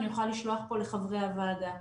אני יכולה לשלוח לחברי הוועדה.